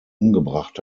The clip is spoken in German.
umgebracht